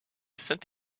saint